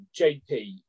JP